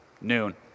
noon